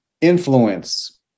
influence